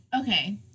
Okay